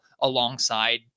alongside